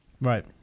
right